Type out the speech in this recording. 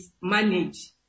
manage